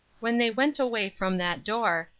when they went away from that door,